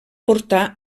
portar